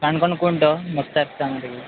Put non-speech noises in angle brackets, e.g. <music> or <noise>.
काणाकोण कोण तो <unintelligible> सांग तेगे